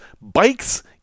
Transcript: bikes